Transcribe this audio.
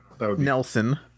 Nelson